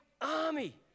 army